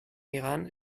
iran